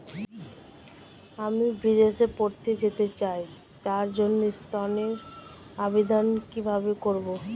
আমি বিদেশে পড়তে যেতে চাই তার জন্য ঋণের আবেদন কিভাবে করব?